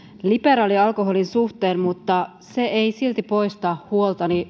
liberaali alkoholin suhteen mutta se ei silti poista huoltani